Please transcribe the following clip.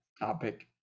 topic